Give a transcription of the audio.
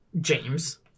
James